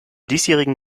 diesjährigen